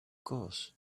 course